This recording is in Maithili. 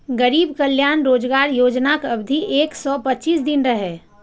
गरीब कल्याण रोजगार योजनाक अवधि एक सय पच्चीस दिन रहै